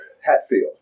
Hatfield